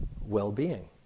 well-being